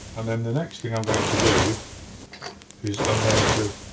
and then the next thing i'm going to do is i'm going to